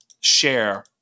share